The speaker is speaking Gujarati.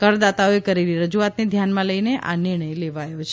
કરદાતાઓએ કરેલી રજુઆતને ધ્યાનમાં લઈને આ નિર્ણય લેવાયો છે